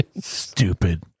Stupid